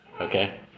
Okay